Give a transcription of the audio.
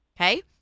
Okay